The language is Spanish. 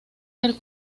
del